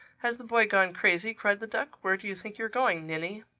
has the boy gone crazy? cried the duck. where do you think you're going, ninny?